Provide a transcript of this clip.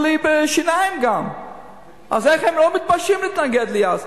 לי גם בעניין השיניים - אז איך הם לא התביישו להתנגד לי אז?